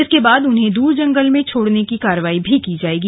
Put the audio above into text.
इसके बाद उन्हें दूर जंगल में छोड़ने की कार्रवाई भी की जायेगी